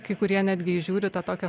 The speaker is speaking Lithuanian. kai kurie netgi įžiūri tą tokią